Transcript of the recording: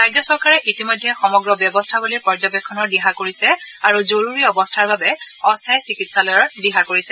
ৰাজ্য চৰকাৰে ইতিমধ্যে সমগ্ৰ ব্যৱস্থাৱলীৰ পৰ্যবেক্ষণৰ দিহা কৰিছে আৰু জৰুৰী অৱস্থাৰ বাবে অস্থায়ী চিকিৎসালয়ৰ ব্যৱস্থা কৰিছে